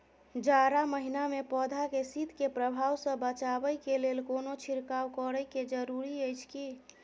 जारा महिना मे पौधा के शीत के प्रभाव सॅ बचाबय के लेल कोनो छिरकाव करय के जरूरी अछि की?